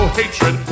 hatred